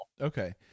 Okay